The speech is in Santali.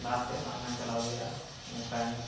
ᱞᱟᱦᱟ ᱥᱮᱫ ᱵᱟᱝᱢᱟᱹᱧ ᱪᱟᱞᱟᱣ ᱫᱟᱲᱮᱭᱟᱜ ᱚᱱᱠᱟᱧ